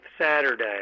Saturday